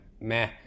meh